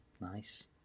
Nice